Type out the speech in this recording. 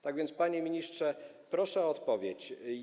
Tak więc, panie ministrze, proszę o odpowiedź.